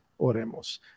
Oremos